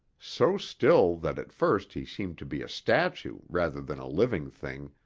so still that at first he seemed to be a statue rather than a living thing,